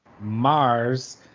Mars